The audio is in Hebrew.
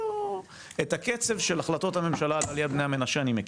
את הקצב של החלטות הממשלה לגבי בני המנשה אני מכיר.